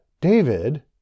David